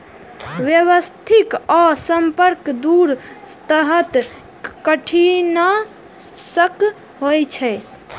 व्यवस्थित आ संपर्क दू तरह कीटनाशक होइ छै